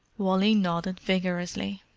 wally nodded vigorously.